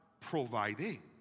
providing